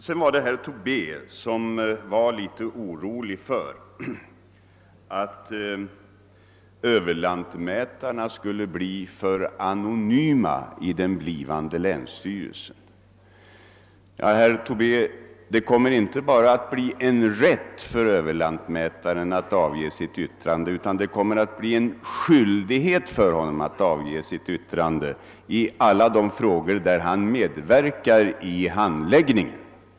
Herr Tobé var litet orolig för att överlantmätarna skulle bli för anonyma i den blivande länsstyrelsen men, herr Tobé, det kommer inte att bii en rätt för överlantmätaren att avge sitt yttrande utan en skyldighet för honom ati yttra sig i alla de frågor där han medverkar vid handläggningen.